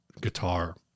guitar